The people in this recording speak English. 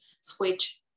switch